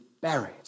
buried